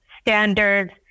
standards